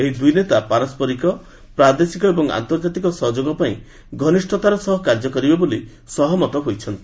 ଏହି ଦୁଇ ନେତା ପାରସ୍କରିକ ପ୍ରାଦେଶିକ ଏବଂ ଅର୍ନ୍ତଜାତିକ ସହଯୋଗ ପାଇଁ ଘନିଷତାର ସହ କାର୍ଯ୍ୟ କରିବେ ବୋଲି ସହମତ ହୋଇଛନ୍ତି